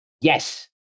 Yes